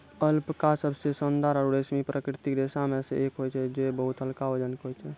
alpaca सबसें शानदार आरु रेशमी प्राकृतिक रेशा म सें एक होय छै जे बहुत हल्का वजन के होय छै